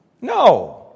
No